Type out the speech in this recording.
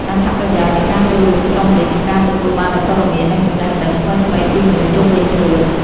អត្ថប្រយោជន៍នៃការចូលរួមក្រុមនេះ គឺការទទួលបាននូវពត៌មាន និងចំណេះដឹងថ្មីៗពីមនុស្សជុំវិញខ្លួន។